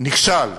נכשל.